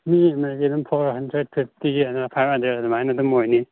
ꯃꯤ ꯑꯃꯅ ꯌꯦꯔꯨꯝ four hundred fifty five hundred ꯑꯗꯨꯃꯥꯏꯅ ꯑꯗꯨꯝ ꯑꯣꯏꯅꯤ